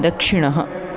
दक्षिणः